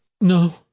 No